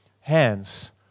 hands